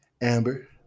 Amber